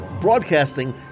broadcasting